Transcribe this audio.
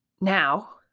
now